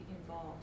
involved